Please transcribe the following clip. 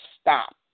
stop